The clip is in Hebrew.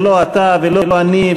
לא אתה ולא אני,